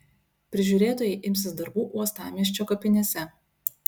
prižiūrėtojai imsis darbų uostamiesčio kapinėse